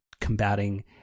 combating